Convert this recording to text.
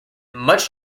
much